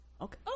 Okay